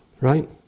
Right